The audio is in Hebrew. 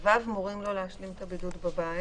ב-ו מורים לו להשלים את הבידוד בבית.